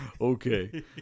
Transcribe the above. okay